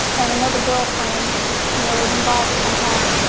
and another girlfriend you know was involved at one time.